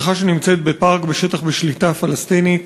בריכה שנמצאת בפארק בשטח בשליטה פלסטינית,